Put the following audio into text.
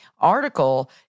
article